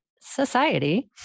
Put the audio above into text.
society